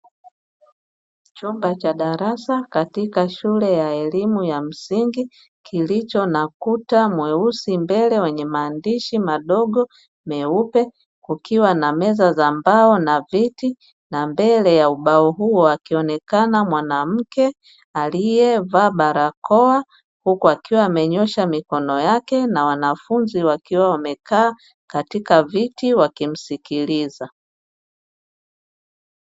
Chumba cha darasa, katika shule ya elimu ya msingi, kilicho na ukuta mweusi mbele wenye maandishi madogo meupe. Kukiwa na meza za mbao na viti na mbele ya ubao huo akionekana mwanamke aliyevaa barakoa, huku akiwa amenyoosha mikono yake na wanafunzi wakiwa wamekaa katika viti wakimsikiliza.